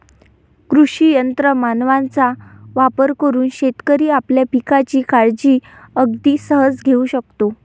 कृषी यंत्र मानवांचा वापर करून शेतकरी आपल्या पिकांची काळजी अगदी सहज घेऊ शकतो